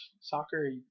soccer